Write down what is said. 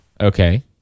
Okay